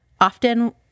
often